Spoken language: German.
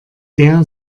der